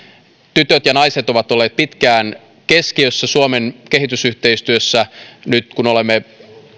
tytöt ja naiset ovat olleet pitkään keskiössä suomen kehitysyhteistyössä nyt kun olemme